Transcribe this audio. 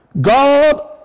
God